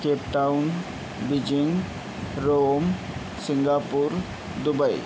Cape Town Beijing Rome Singapore Dubai